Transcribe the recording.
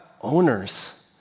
owners